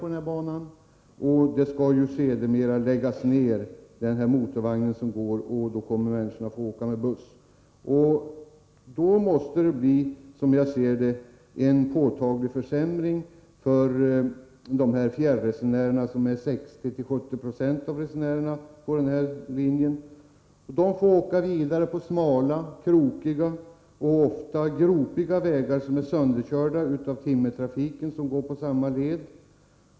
Den skall ju så småningom läggas ned, och därefter får alltså resenärerna färdas med buss. Såvitt jag förstår innebär det en försämring för fjärresenärerna, som på den här linjen utgör 60-70 96. De får åka vidare på smala, krokiga och ofta gropiga vägar, sönderkörda av timmertrafiken som går på samma led.